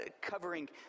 covering